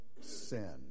sin